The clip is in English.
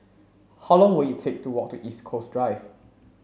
how long will it take to walk to East Coast Drive